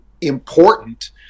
important